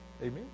Amen